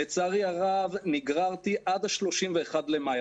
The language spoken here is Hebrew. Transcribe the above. לצערי הרב, נגררתי עד 31 למאי.